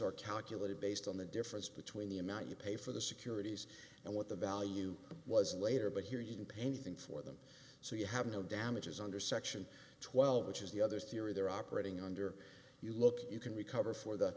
are calculated based on the difference between the amount you pay for the securities and what the value was later but here you can pay anything for them so you have no damages under section twelve which is the other theory they're operating under you look you can recover for the